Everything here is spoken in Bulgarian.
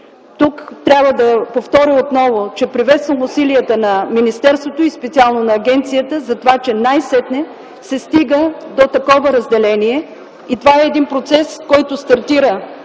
Тук трябва да повторя отново, че приветствам усилията на министерството и специално на агенцията за това, че най-сетне се стига до такова разделение и това е един процес, който стартира